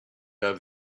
have